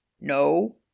No